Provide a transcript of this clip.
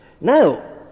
Now